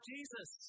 Jesus